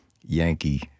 Yankee